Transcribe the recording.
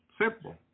Simple